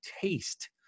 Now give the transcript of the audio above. taste